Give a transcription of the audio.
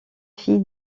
fille